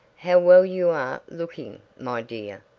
how well you are looking, my dear,